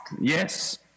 Yes